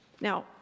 Now